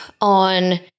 on